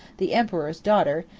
the emperor's daughter,